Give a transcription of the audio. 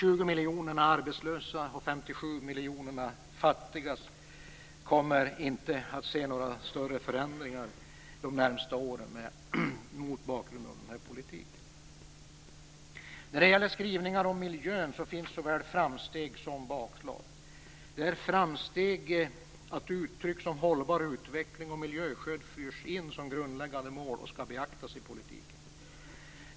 20 miljoner arbetslösa och 57 miljoner fattiga kommer inte, mot bakgrund av den här politiken, att se några större förändringar under de närmaste åren. När det gäller skrivningarna om miljön kan man peka på såväl framsteg som bakslag. Det är ett framsteg att uttryck som hållbar utveckling och miljö förs in som grundläggande mål och att de skall beaktas i politiken.